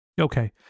Okay